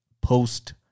post